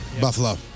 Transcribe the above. Buffalo